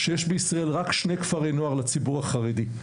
שיש בישראל רק שני כפרי נוער לציבור החרדי.